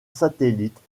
satellites